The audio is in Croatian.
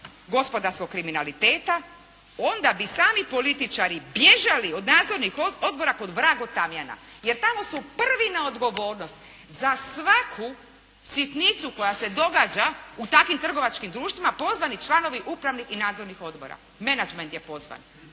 gospodarskog kriminaliteta onda bi sami političari bježali od nadzornih odbora kao vrag od tamjana jer tamo su prvi na odgovornost. Za svaku sitnicu koja se događa u takvim trgovačkim društvima pozvani članovi upravnih i nadzornih odbora, menadžment je pozvan